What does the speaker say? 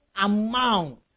amount